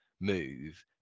move